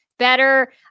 better